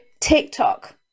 TikTok